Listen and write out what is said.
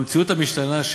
במציאות המשתנה,